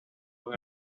con